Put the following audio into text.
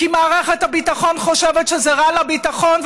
כי מערכת הביטחון חושבת שזה רע לביטחון,